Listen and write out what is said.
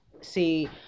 See